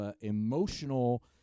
emotional